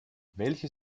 welche